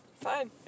fine